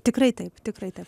tikrai taip tikrai taip